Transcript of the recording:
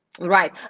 Right